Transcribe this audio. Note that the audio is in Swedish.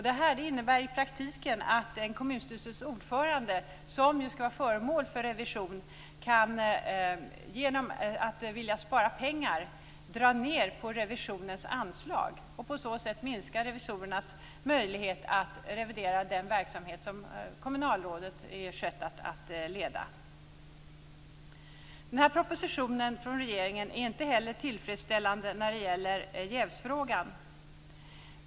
Detta innebär i praktiken att en kommunstyrelses ordförande, som skall vara föremål för revision, kan genom att vilja spara pengar dra ned på anslagen till revisionen och på så sätt minska revisorernas möjlighet att revidera den verksamhet som kommunalrådet är satt att leda. Propositionen från regeringen är inte heller tillfredsställande när det gäller jävsfrågan.